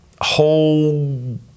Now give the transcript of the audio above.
whole